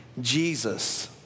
Jesus